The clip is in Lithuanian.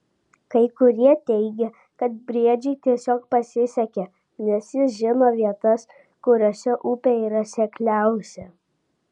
kai kurie teigė kad briedžiui tiesiog pasisekė nes jis žino vietas kuriose upė yra sekliausia